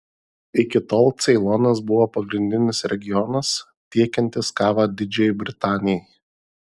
iki tol ceilonas buvo pagrindinis regionas tiekiantis kavą didžiajai britanijai